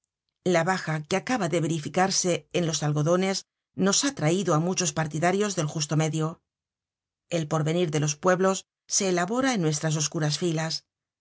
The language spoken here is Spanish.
la baja que acaba de verificarse en los algo dones nos ha traido á muchos partidarios del justo medio el porvenir de los pueblos se elabora en nuestras oscuras filas